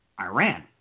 Iran